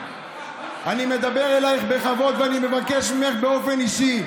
אני מדבר אלייך בכבוד, ואני מבקש ממך באופן אישי,